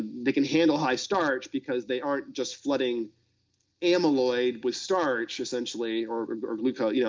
they can handle high starch because they aren't just flooding amyloid with starch, essentially, or or glucose. yeah